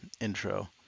intro